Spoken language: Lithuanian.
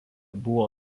buvo